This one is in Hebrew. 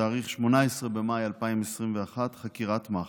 ב-18 במאי 2021 חקירת מח"ש.